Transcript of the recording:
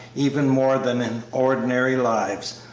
even more than in ordinary lives,